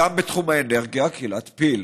הן גם בתחום האנרגיה, כי להתפיל